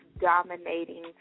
dominating